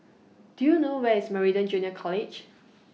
Do YOU know Where IS Meridian Junior College